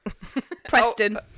Preston